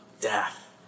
death